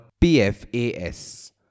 PFAS